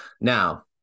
Now